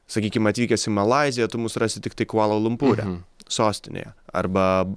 sakykim atvykęs į malaiziją tu mus rasi tiktai kvala lumpūre sostinėje arba